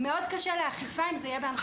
זה מאוד קשה לאכיפה אם זה יהיה בהנחיות.